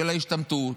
של ההשתמטות,